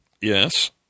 Yes